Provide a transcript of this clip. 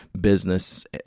business